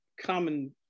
common